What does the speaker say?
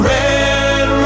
Red